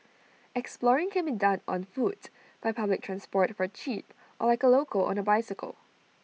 exploring can be done on foot by public transport for cheap or like A local on A bicycle